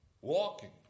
walking